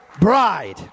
bride